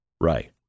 right